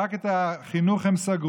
רק את החינוך הם סגרו,